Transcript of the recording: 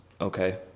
Okay